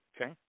okay